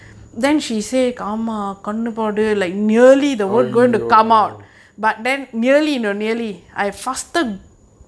!aiyo!